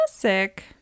classic